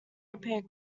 repair